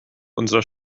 unserer